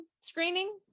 screening